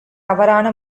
தவறான